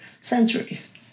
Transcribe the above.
centuries